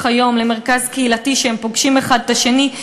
היום למרכז קהילתי שבו הם פוגשים האחד את השני,